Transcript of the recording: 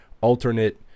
alternate